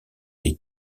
des